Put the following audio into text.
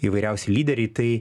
įvairiausi lyderiai tai